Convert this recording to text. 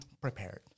prepared